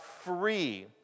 free